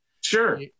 Sure